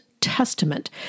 Testament